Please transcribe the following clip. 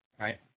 Right